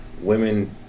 women